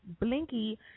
Blinky